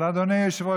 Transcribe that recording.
אבל אדוני היושב-ראש,